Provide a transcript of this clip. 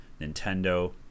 Nintendo